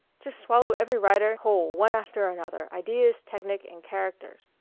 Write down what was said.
just swallow every writer whole, one after another, ideas, technic, and characters,